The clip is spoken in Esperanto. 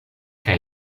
kaj